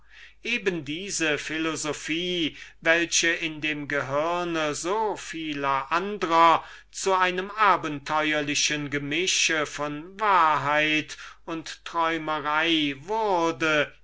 eben diese philosophie welche in dem gehirne so vieler andrer zu einem seltsamen gemische von wahrheit und träumerei wurde